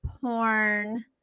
porn